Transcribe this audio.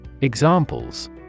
Examples